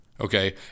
okay